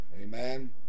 Amen